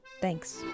thanks